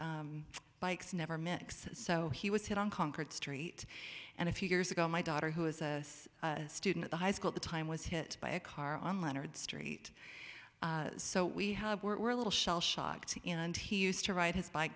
bikes never mix so he was hit on concrete street and a few years ago my daughter who is a student at the high school at the time was hit by a car on leonard street so we have we're a little shell shocked and he used to ride his bike